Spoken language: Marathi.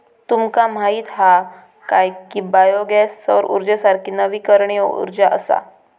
तुमका माहीत हा काय की बायो गॅस सौर उर्जेसारखी नवीकरणीय उर्जा असा?